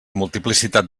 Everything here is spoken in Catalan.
multiplicitat